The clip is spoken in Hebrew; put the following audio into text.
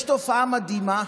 יש תופעה מדהימה,